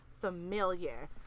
familiar